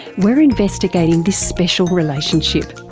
we are investigating this special relationship.